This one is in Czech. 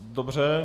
Dobře.